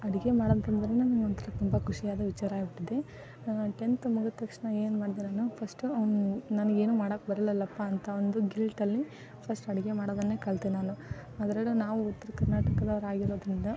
ಅಡುಗೆ ಮಾಡಿ ಅಂತ ಅಂದ್ರೆ ನಂಗೆ ಒಂಥರ ತುಂಬ ಖುಷಿಯಾದ ವಿಚಾರ ಆಗಿಬಿಟ್ಟಿದೆ ಟೆಂಥ್ ಮುಗಿದ ತಕ್ಷಣ ಏನು ಮಾಡಿದೆ ನಾನು ಫಸ್ಟು ನನಗೆ ಏನೂ ಮಾಡೋಕೆ ಬರಲ್ಲಲ್ಲಪ್ಪ ಅಂತ ಒಂದು ಗಿಲ್ಟಲ್ಲಿ ಫಸ್ಟ್ ಅಡುಗೆ ಮಾಡೋದನ್ನೇ ಕಲಿತೆ ನಾನು ಅದರಲ್ಲೂ ನಾವು ಉತ್ತರ ಕರ್ನಾಟಕದವ್ರಾಗಿರೋದರಿಂದ